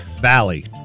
Valley